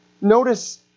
Notice